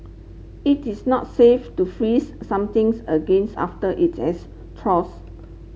it is not safe to freeze somethings against after it has thaws